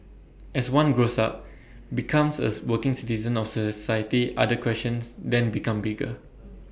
as one grows up becomes A working citizen of society other questions then become bigger